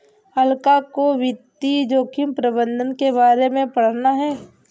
अलका को वित्तीय जोखिम प्रबंधन के बारे में पढ़ना है